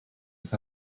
with